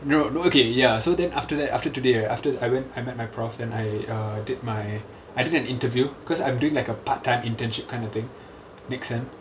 no no okay ya so then after that after today right after I when I met my professor then I uh did my I did an interview because I'm doing like a part time internship kind of thing next semester